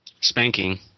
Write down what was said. spanking